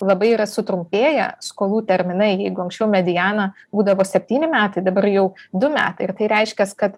labai yra sutrumpėję skolų terminai jeigu anksčiau mediana būdavo septyni metai dabar jau du metai ir tai reiškias kad